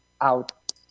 out